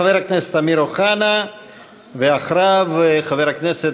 חבר הכנסת אמיר אוחנה, ואחריו, חבר הכנסת,